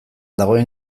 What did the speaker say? dagoen